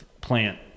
plant